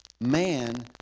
man